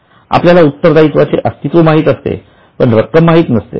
आपल्याला उत्तरदायित्वाची अस्तित्व माहीत असते पण रक्कम नाहीत नसते